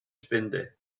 spinde